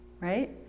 right